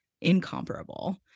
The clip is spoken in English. incomparable